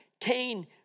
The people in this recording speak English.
Cain